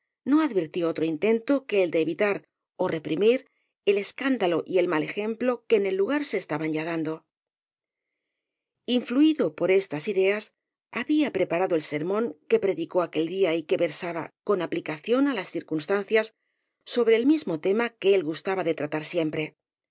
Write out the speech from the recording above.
no ad virtió otro intento que el de evitar ó reprimir el es cándalo y el pial ejemplo que en el lugar se esta ban ya dando influido por estas ideas había preparado el ser món que predicó aquel día y que versaba con apli cación á las circunstancias sobre el mismo tema que él gustaba de tratar siempre